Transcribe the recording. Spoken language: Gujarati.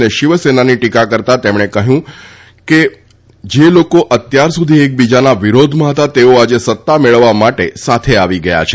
અને શિવસેનાની ટીકા કરતા તેમણે કહ્યું કે જે લોકો અત્યાર સુધી એકબીજાના વિરોધમાં હતા તેઓ આજે સત્તા મેળવવા માટે સાથે આવી ગયા છે